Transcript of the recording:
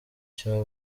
cya